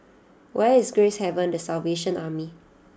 where is Gracehaven the Salvation Army